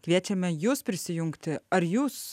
kviečiame jus prisijungti ar jūs